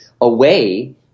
away